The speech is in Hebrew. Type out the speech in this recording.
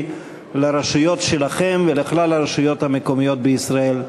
לרשויות שלכם ולכלל הרשויות המקומיות בישראל.